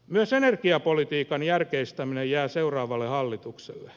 myös energiapolitiikan järkeistäminen jää seuraavalle hallitukselle